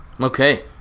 Okay